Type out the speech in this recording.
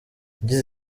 ngize